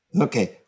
Okay